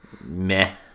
Meh